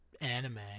Anime